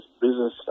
business